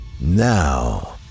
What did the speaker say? Now